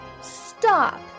Stop